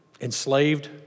Enslaved